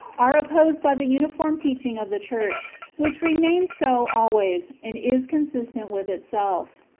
are opposed by the uniform teaching of the church, which remains so always, and is consistent with itself.